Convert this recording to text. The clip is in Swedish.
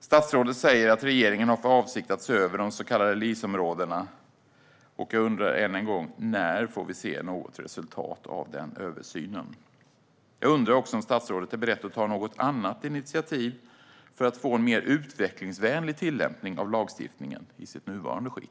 Statsrådet säger att regeringen har för avsikt att se över de så kallade LIS-områdena. Jag undrar än en gång: När får vi se något resultat av den översynen? Jag undrar också om statsrådet är beredd att ta något annat initiativ för att få en mer utvecklingsvänlig tillämpning av lagstiftningen i dess nuvarande skick.